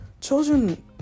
children